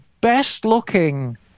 best-looking